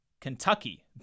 Kentucky